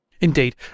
Indeed